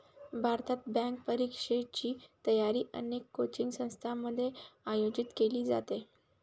भारतात, बँक परीक्षेची तयारी अनेक कोचिंग संस्थांमध्ये आयोजित केली जाते